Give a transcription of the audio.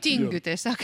tingiu tiesiog